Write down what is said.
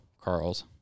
Carl's